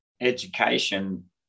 education